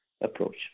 approach